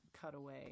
cutaway